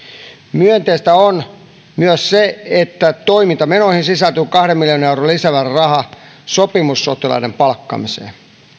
myönteistä on myös se että toimintamenoihin sisältyy kahden miljardin euron lisämääräraha sopimussotilaiden palkkaamiseen